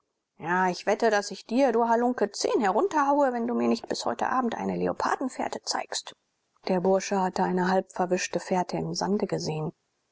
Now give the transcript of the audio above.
ja ich wette daß ich dir du halunke zehn herunterhaue wenn du mir nicht bis heute abend eine leopardenfährte zeigst der bursche hatte eine halb verwischte fährte im sande gesehen